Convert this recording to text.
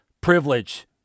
privilege